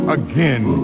again